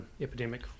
epidemic